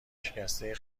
شکسته